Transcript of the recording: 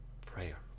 prayer